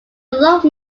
love